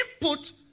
input